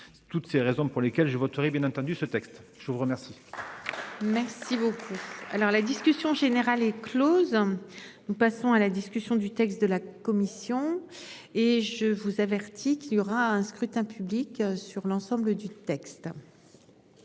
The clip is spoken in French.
Toutes ces raisons pour lesquelles je voterai bien entendu ce texte. Je vous remercie. Merci beaucoup. Alors la discussion générale. Close. Nous passons à la discussion du texte de la commission et je vous avertis qu'il y aura un scrutin public sur l'ensemble du texte.